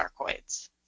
sarcoids